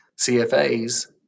CFAs